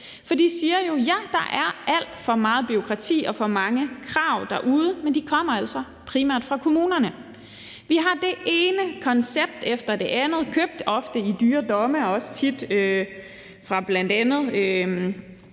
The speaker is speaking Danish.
For de siger jo, at ja, der er alt for meget bureaukrati og for mange krav derude, men de kommer altså primært fra kommunerne. Vi har det ene koncept efter det andet, ofte købt i dyre domme og også tit af bl.a. udenlandske